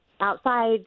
outside